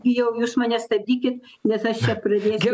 jau jūs mane stabdykit nes aš čia pradėsiu